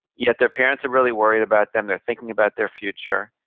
yet their parents are really worried about them, they're thinking about their future,